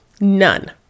none